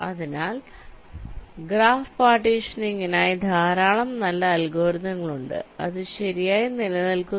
അതിനാൽ ഗ്രാഫ് പാർട്ടീഷനിംഗിനായി ധാരാളം നല്ല അൽഗോരിതങ്ങൾ ഉണ്ട് അത് ശരിയായി നിലനിൽക്കുന്നു